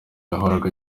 yahoraga